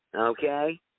Okay